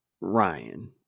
Ryan